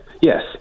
yes